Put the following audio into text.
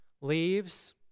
leaves